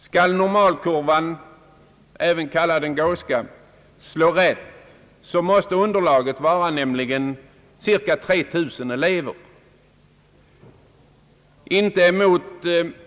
Skall normalkurvan, även kallad den Gausska, slå rätt, måste underlaget vara cirka 3 000 elever.